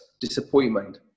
disappointment